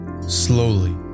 Slowly